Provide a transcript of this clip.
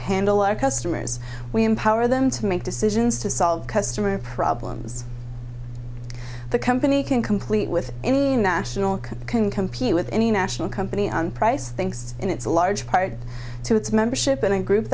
handle our customers we empower them to make decisions to solve customer problems the company can complete with any national can compete with any national company on price things and it's a large part to its membership in a group